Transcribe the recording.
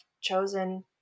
chosen